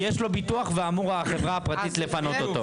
ואמורה החברה הפרטית לפנות אותו.